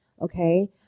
okay